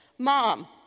Mom